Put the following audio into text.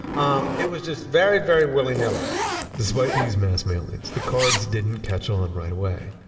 um it was just very, very willy nilly despite these mass mailings, the cards didn't catch on right away.